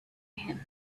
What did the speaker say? him